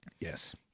Yes